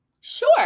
Sure